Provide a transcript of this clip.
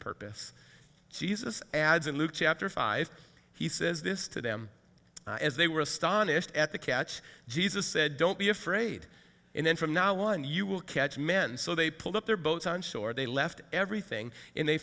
purpose jesus adds in luke chapter five he says this to them as they were astonished at the catch jesus said don't be afraid and then from now on you will catch men so they pulled up their boats on shore they left everything and they